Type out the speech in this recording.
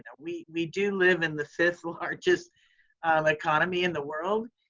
ah we we do live in the fifth largest economy in the world.